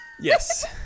Yes